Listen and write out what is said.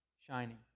shining